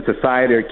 society